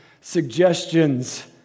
suggestions